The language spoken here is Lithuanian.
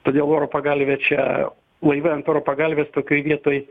todėl oro pagalvė čia laive ant oro pagalvės tokioj vietoj